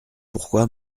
pourquoi